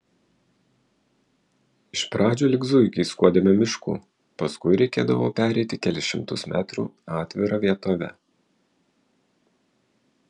iš pradžių lyg zuikiai skuodėme mišku paskui reikėdavo pereiti kelis šimtus metrų atvira vietove